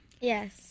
Yes